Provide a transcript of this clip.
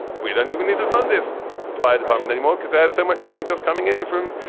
we don't even need to fund this fire department anymore, because there's so much money just coming in from,